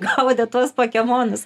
gaudė tuos pokemonus